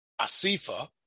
Asifa